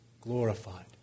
glorified